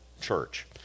church